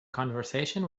conversation